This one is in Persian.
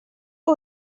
زنگ